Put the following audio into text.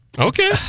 Okay